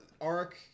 arc